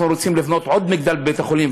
אנחנו רוצים לבנות עוד מגדל בבית-החולים,